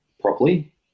properly